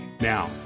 Now